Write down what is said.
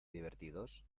divertidos